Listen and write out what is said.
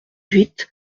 huit